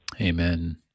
Amen